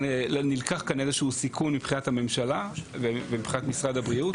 נלקח כאן איזשהו סיכון מבחינת הממשלה ומבחינת משרד הבריאות,